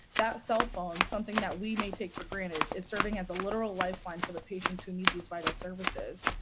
that cell phone something that we may take for granted, is serving as a literal lifeline for the patients who need these vital services,